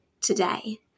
today